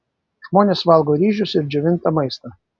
žmonės valgo ryžius ir džiovintą maistą